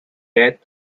death